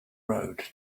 road